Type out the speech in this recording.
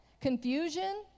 confusion